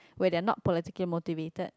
where they're not politically motivated